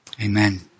Amen